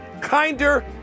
kinder